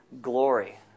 glory